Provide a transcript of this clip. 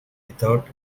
without